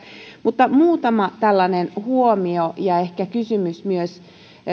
mutta muutama tällainen huomio ja ehkä kysymys myös